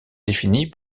définit